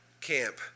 camp